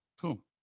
Cool